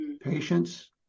patience